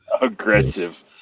Aggressive